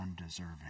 undeserving